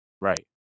Right